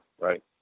right